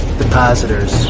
depositors